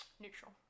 Neutral